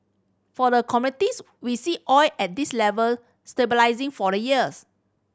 for the commodities we see oil at this level stabilising for the years